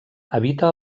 habita